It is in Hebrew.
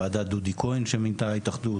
ועדת דודי כהן שמינתה ההתאחדות,